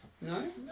No